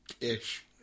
Ish